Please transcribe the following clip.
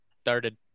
Started